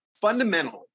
fundamentally